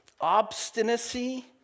obstinacy